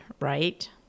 right